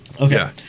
okay